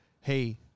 hey